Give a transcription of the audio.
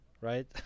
right